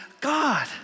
God